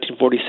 1946